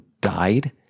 died